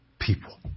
people